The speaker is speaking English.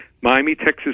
Miami-Texas